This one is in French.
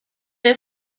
est